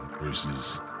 versus